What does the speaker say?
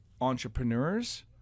entrepreneurs